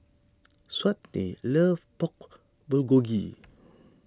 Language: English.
Shawnte loves Pork Bulgogi